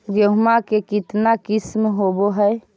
गेहूमा के कितना किसम होबै है?